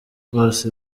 bose